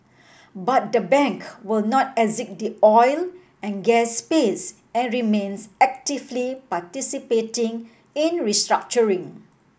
but the bank will not exit the oil and gas space and remains actively participating in restructuring